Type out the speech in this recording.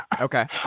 Okay